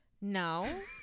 no